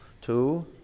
Two